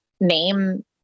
name